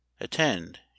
Attend